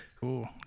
Cool